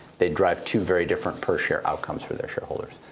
they drive two very different per share outcomes for their share holders.